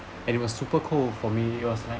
and it was super cool for me it was like